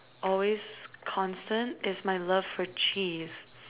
always constant is my love for cheese